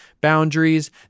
boundaries